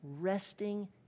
resting